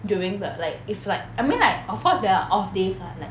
during the like if like I mean like of course there are off days [one] like